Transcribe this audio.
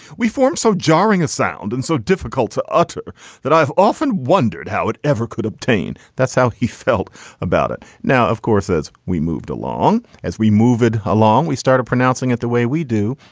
we form so jarring a sound and so difficult to utter that i've often wondered how it ever could obtain. that's how he felt about it. now, of course, as we moved along, as we moved along, we started pronouncing it the way we do.